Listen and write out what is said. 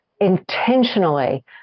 intentionally